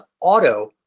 auto